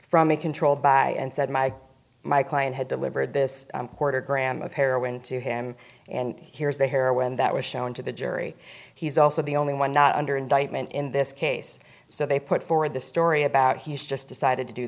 from a controlled by and said my my client had delivered this quarter gram of heroin to him and here's the here when that was shown to the jury he's also the only one not under indictment in this case so they put forward the story about he's just decided to do